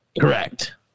Correct